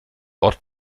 ort